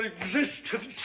existence